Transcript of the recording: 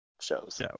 shows